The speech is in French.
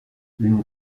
une